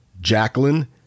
Jacqueline